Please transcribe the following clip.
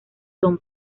son